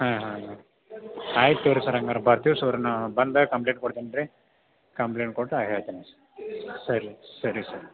ಹಾಂ ಹಾಂ ಹಾಂ ಆಯ್ತು ತೊಗೊಳಿ ಸರ್ ಹಂಗಾರೆ ಬರ್ತೀವಿ ಸುರ್ ನಾನು ಬಂದಾಗ ಕಂಪ್ಲೇಂಟ್ ಕೊಡ್ತೇನೆ ರೀ ಕಂಪ್ಲೇಂಟ್ ಕೊಟ್ಟು ಹಾಂ ಹೇಳ್ತೇನೆ ಸರ್ ಸರಿ ಸರಿ ಸರ್